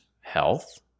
health